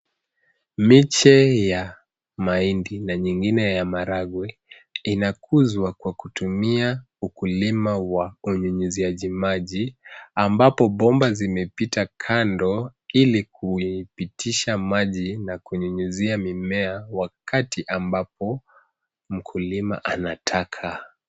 Miche ya maindi na nyingine ya maragwe inakuzwa kwa kutumia ukulima wa unyunyuziaji maji ambapo bomba zimepita kando ili kuipitisha maji na kunyunyizia mimea wakati ambapo mkulima anataka.